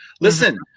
Listen